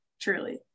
truly